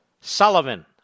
Sullivan